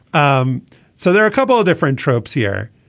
um so there are a couple of different tropes here.